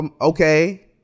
okay